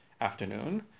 afternoon